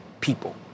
people